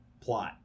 plot